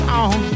on